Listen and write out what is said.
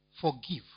Forgive